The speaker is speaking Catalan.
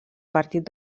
partit